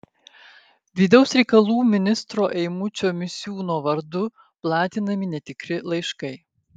vidaus reikalų ministro eimučio misiūno vardu platinami netikri laiškai